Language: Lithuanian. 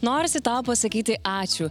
norisi tau pasakyti ačiū